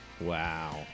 Wow